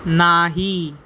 नाही